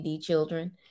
children